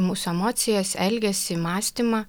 mūsų emocijas elgesį mąstymą